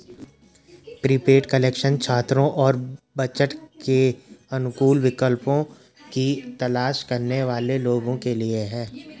prepaid connection छात्रों और budget के अनुकूल विकल्पों की तलाश करने वाले लोगों के लिए है